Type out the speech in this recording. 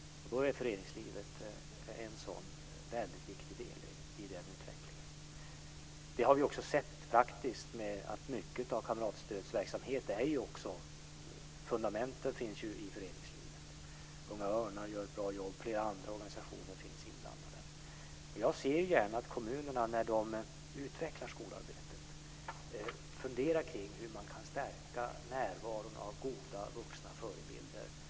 Då är föreningslivet en viktig del i den utvecklingen. Vi har praktiskt sett att mycket av fundamentet i kamratstödsverksamheten finns i föreningslivet. Unga Örnar gör ett bra jobb. Flera andra organisationer finns inblandade. Jag ser gärna att kommunerna när de utvecklar skolarbetet funderar kring hur man kan stärka närvaron av goda vuxna förebilder i skolan.